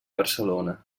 barcelona